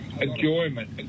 enjoyment